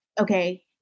okay